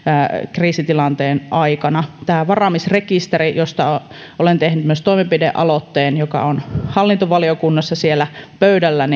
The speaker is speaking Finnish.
kriisitilanteen aikana toivon että tämä varamiesrekisteri josta olen tehnyt myös toimenpidealoitteen joka on hallintovaliokunnassa pöydällä